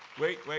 wait, wait.